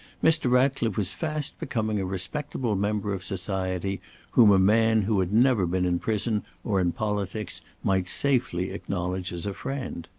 mr. ratcliffe was fast becoming a respectable member of society whom a man who had never been in prison or in politics might safely acknowledge as a friend.